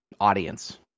audience